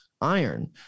iron